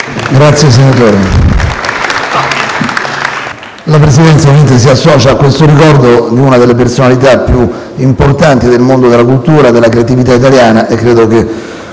La Presidenza naturalmente si associa al ricordo di una delle personalità più importanti del mondo della cultura e della creatività italiana.